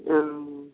অ